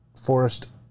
Forest